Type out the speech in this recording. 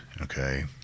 okay